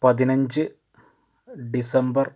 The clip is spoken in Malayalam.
പതിനഞ്ച് ഡിസംബർ